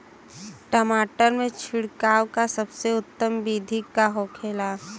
टमाटर में छिड़काव का सबसे उत्तम बिदी का होखेला?